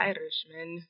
Irishman